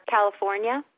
California